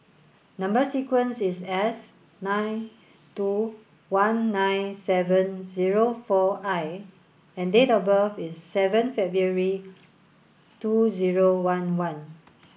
number sequence is S three two one nine seven zero four I and date of birth is seven February two zero one one